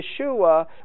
Yeshua